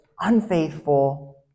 unfaithful